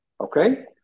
Okay